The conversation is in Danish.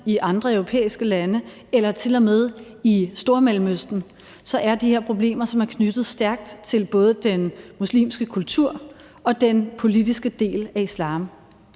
i andre europæiske lande eller til og med i Stormellemøsten, er det her problemer, som er knyttet stærkt til både den muslimske kultur og den politiske del af islam.